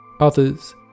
Others